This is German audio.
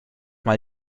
mal